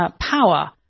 power